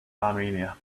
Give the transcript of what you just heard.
armenia